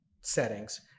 settings